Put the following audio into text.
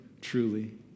truly